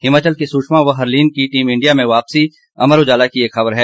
हिमाचल की सुषमा व हरलीन की टीम इंडिया में वापसी अमर उजाला की एक ख़बर है